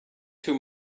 too